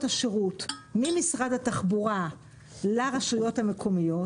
השירות ממשרד התחבורה לרשויות המקומיות,